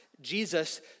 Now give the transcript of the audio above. Jesus